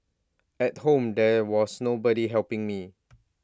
at home there was nobody helping me